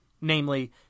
namely